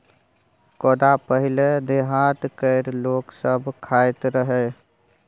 कोदो पहिले देहात केर लोक सब खाइत रहय